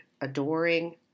adoring